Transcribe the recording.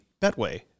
Betway